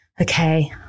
okay